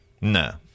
No